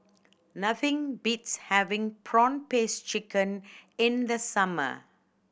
nothing beats having prawn paste chicken in the summer